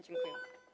Dziękuję.